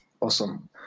Awesome